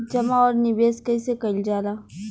जमा और निवेश कइसे कइल जाला?